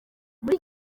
muri